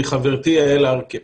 מחברתי יעל ארקין,